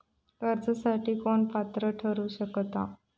कर्जासाठी कोण पात्र ठरु शकता?